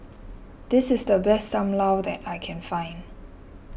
this is the best Sam Lau that I can find